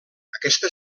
aquesta